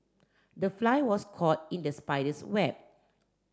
the fly was caught in the spider's web